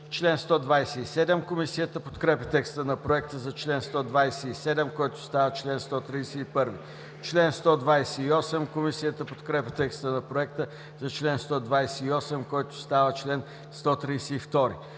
чл. 137. Комисията подкрепя текста на Проекта за чл. 134, който става чл. 138. Комисията подкрепя текста на Проекта за чл. 135, който става чл. 139.